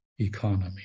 economy